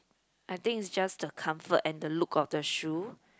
I think it is just the comfort and the look of the shoe